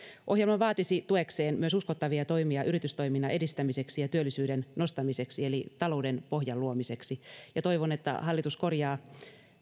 ohjelma vaatisi tuekseen myös uskottavia toimia yritystoiminnan edistämiseksi ja työllisyyden nostamiseksi eli talouden pohjan luomiseksi toivon että hallitus korjaa